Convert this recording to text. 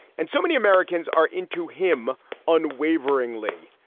and so many americans are into him unwaveringly.